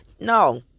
no